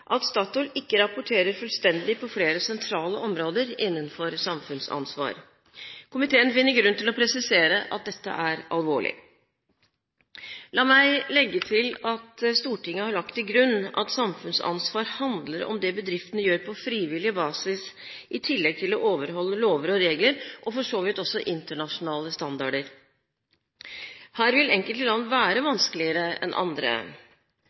at Statoil på flere sentrale områder innenfor samfunnsansvar ikke rapporterer fullstendig. Komiteen finner grunn til å presisere at dette er alvorlig. La meg legge til at Stortinget har lagt til grunn at samfunnsansvar handler om det bedriftene gjør på frivillig basis – i tillegg til å overholde lover og regler og for så vidt også internasjonale standarder. Her vil enkelte land være vanskeligere enn andre.